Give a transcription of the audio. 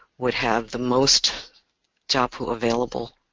would have the most jaipu available